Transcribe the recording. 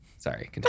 Sorry